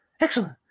Excellent